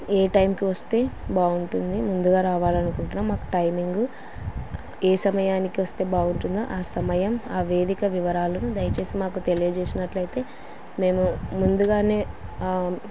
ఏ టైంకి వస్తే బాగుంటుంది ముందుగా రావాలనుకుంటున్నాం మాకు టైమింగ్ ఏ సమయానికి వస్తే బాగుంటుందో ఆ సమయం ఆ వేదిక వివరాలను దయచేసి మాకు తెలియజేసినట్లయితే మేము ముందుగానే